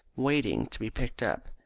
waiting to be picked up.